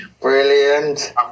Brilliant